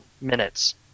minutes